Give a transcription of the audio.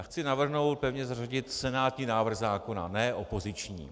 Chci navrhnout pevně zařadit senátní návrh zákona, ne opoziční.